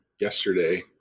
yesterday